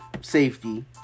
safety